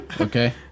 Okay